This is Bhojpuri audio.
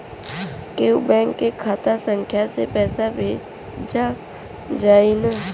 कौन्हू बैंक के खाता संख्या से पैसा भेजा जाई न?